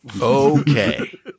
Okay